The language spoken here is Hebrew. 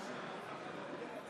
יש לי הודעה שדורשת את אישור הכנסת